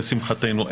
לשמחתנו,